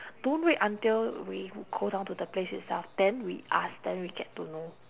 don't wait until we go down to the place itself then we ask then we get to know